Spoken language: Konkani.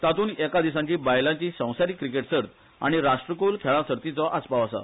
तांतून एका दिसाची बायलांची संवसारिक क्रिकेट सर्त आनी राष्ट्रकुल खेळा सर्तीचो आस्पाव आसा